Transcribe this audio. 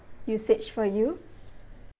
usage for you